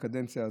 בקדנציה הזו.